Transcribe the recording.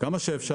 מחפשים לעשות